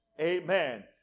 Amen